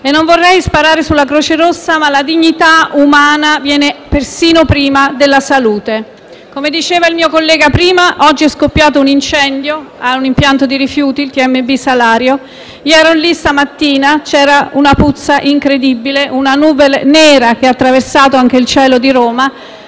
e non vorrei sparare sulla Croce rossa, ma la dignità umana viene persino prima della salute. Come diceva il collega intervenuto prima di me, oggi è scoppiato un incendio a un impianto di rifiuti, il TMB Salario. Ero lì stamattina e c'era una puzza incredibile, una nube nera che ha attraversato il cielo di Roma.